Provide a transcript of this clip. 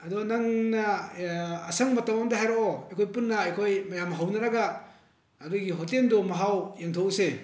ꯑꯗꯣ ꯅꯪꯅ ꯑꯁꯪꯕ ꯃꯇꯝ ꯑꯃꯗ ꯍꯥꯏꯔꯛꯑꯣ ꯑꯩꯈꯣꯏ ꯄꯨꯟꯅ ꯑꯩꯈꯣꯏ ꯃꯌꯥꯝ ꯍꯧꯅꯔꯒ ꯑꯗꯨꯒꯤ ꯍꯣꯇꯦꯜꯗꯣ ꯃꯍꯥꯎ ꯌꯦꯡꯊꯣꯛꯎꯁꯦ